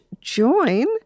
join